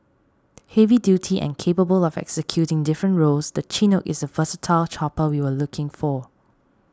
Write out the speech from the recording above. heavy duty and capable of executing different roles the Chinook is the versatile chopper we were looking for